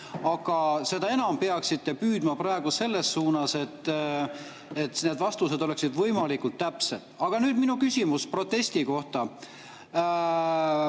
aga seda enam peaksite püüdma praegu selles suunas, et need vastused oleksid võimalikult täpsed. Aga nüüd minu küsimus protesti kohta.